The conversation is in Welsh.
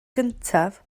gyntaf